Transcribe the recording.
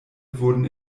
wurden